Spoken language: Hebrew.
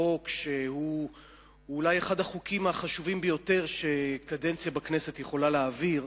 חוק שהוא אולי אחד החוקים החשובים ביותר שקדנציה בכנסת יכולה להעביר.